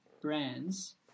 brands